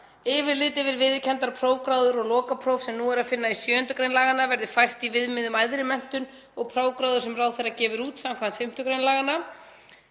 Yfirlit yfir viðurkenndar prófgráður og lokapróf sem nú er að finna í 7. gr. laganna verði fært í viðmið um æðri menntun og prófgráður sem ráðherra gefur út samkvæmt 5. gr. laganna.